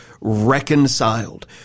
reconciled